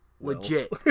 legit